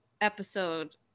episode